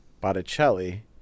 Botticelli